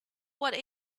what